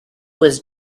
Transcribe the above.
was